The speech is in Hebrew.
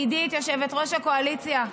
עידית, יושבת-ראש הקואליציה,